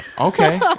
Okay